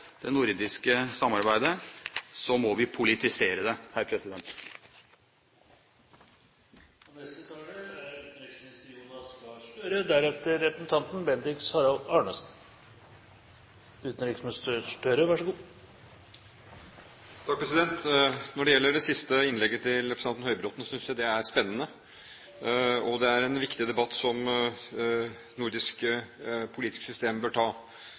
det nordiske samarbeidet, må vi politisere det. Når det gjelder det siste innlegget, til representanten Høybråten, synes jeg det er spennende. Det er en viktig debatt som det nordiske politiske system bør ta.